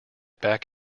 back